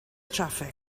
traffig